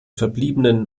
verbliebenen